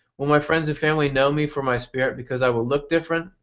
will my friends and family know me for my spirit because i will look different?